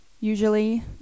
Usually